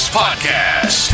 podcast